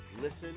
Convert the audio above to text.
Listen